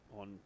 on